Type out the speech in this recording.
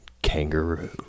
kangaroo